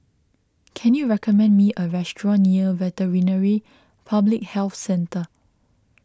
can you recommend me a restaurant near Veterinary Public Health Centre